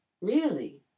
Really